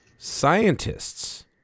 Scientists